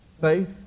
faith